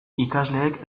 ikasleek